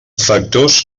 factors